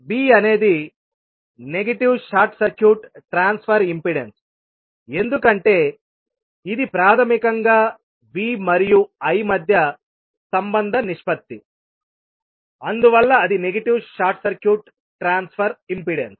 b అనేది negative short circuit transfer ఇంపెడెన్స్ఎందుకంటే ఇది ప్రాథమికంగా V మరియు I మధ్య సంబంధ నిష్పత్తిఅందువల్ల అది negative short circuit transfer impedance